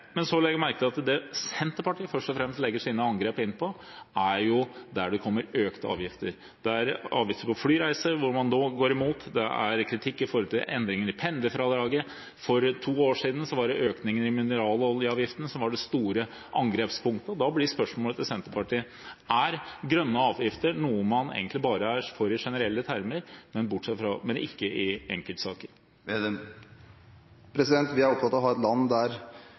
Men jeg legger merke til at Senterpartiet først og fremst retter sine angrep inn mot der hvor det kommer økte avgifter. Det er avgifter på flyreiser som man nå går i mot, og det er kritikk av endringer i pendlerfradraget. For to år siden var det økningen i mineraloljeavgiften som var det store angrepspunktet. Da blir spørsmålet til Senterpartiet: Er grønne avgifter noe man egentlig bare er for i generelle termer, men ikke i enkeltsaker? Vi er opptatt av å ha et land der